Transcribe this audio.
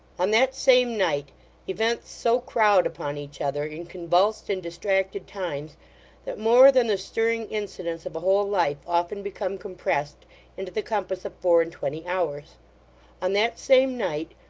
on that same night events so crowd upon each other in convulsed and distracted times, that more than the stirring incidents of a whole life often become compressed into the compass of four-and-twenty hours on that same night,